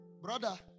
Brother